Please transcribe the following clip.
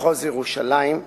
מחוז ירושלים,